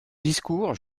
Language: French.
discours